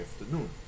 afternoon